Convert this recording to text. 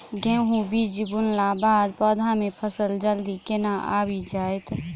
गेंहूँ बीज बुनला बाद पौधा मे फसल जल्दी केना आबि जाइत?